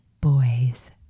boys